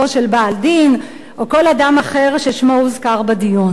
בעל דין או כל אדם אחר ששמו הוזכר בדיון.